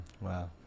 Wow